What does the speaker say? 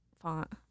font